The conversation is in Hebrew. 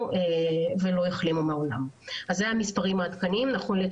שהתחסנו והחיסון שלהם לא